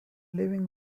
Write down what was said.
living